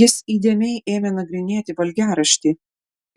jis įdėmiai ėmė nagrinėti valgiaraštį